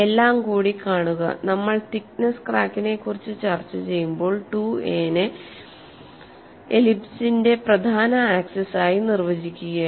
എല്ലാം കൂടി കാണുക നമ്മൾ തിക്നെസ്സ് ക്രാക്കിനെകുറിച്ച് ചർച്ചചെയ്യുമ്പോൾ 2a നെ എലിപ്സിന്റെ പ്രധാന ആക്സിസ് ആയി നിർവചിക്കുകയായിരുന്നു